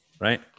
Right